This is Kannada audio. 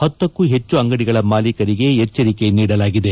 ಪತ್ತಕ್ಕೂ ಹೆಚ್ಚು ಅಂಗಡಿಗಳ ಮಾಲೀಕರಿಗೆ ಎಚ್ಚರಿಕೆ ನೀಡಲಾಗಿದೆ